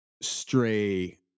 stray